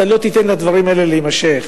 אתה לא תיתן לדברים האלה להימשך.